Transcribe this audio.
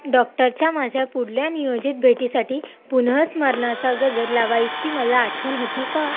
डॉक्टरच्या माझ्या पुढल्या नियोजित भेटीसाठी पुनःस्मरणाचा गजर लावायची मला आठवण होती का